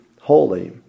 holy